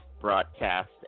broadcast